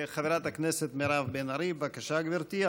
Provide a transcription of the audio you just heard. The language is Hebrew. חברת הכנסת מירב בן ארי, בבקשה, גברתי.